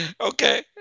Okay